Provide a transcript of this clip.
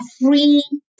free